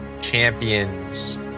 champion's